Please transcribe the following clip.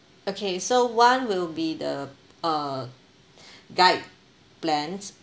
okay so one will be the uh guide plans